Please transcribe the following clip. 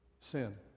sin